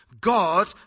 God